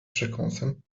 przekąsem